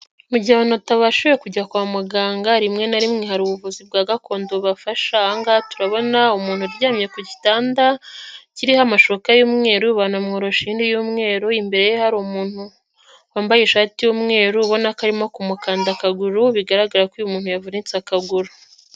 Mu gihe abantu batabashije kujya kwa muganga rimwe na rimwe hari ubuvuzi bwa gakondo bu bafasha, angaha turabona umuntu uryamye ku gitanda kiriho amashuka y'umweru banamworosha indi y yumweru imbere ye hari umuntu wambaye ishati y'umweru ubona ko arimo kumukanda akaguru bigaragara ko uyu umuntu yavunitse akaguru.